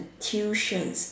tuition